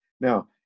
Now